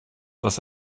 was